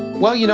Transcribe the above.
well, you know,